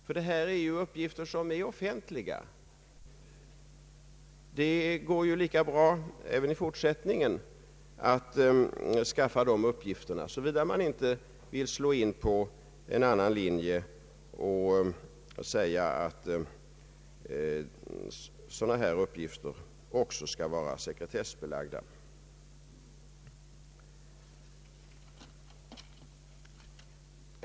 Det gäller nämligen här sådana upplysningar som är offentliga; det går även i fortsättningen bra att skaffa dessa informationer, såvida man inte vill slå in på en annan linje och förklara alla sådana uppgifter sekretessbelagda.